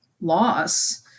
loss